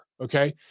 Okay